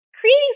creating